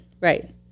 right